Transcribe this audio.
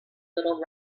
little